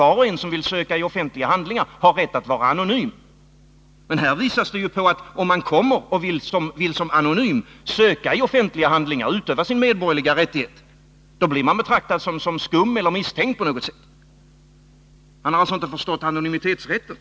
Var och en som vill söka i offentliga handlingar har rätt att vara anonym, men enligt vad som sägs i det här utlåtandet blir man betraktad som skum eller misstänkt på något sätt, om man som anonym vill söka i offentliga handlingar och utöva sina medborgerliga rättigheter. Carl Axel Petri har som sagt inte förstått innebörden i anonymitetsrätten.